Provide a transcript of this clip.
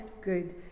good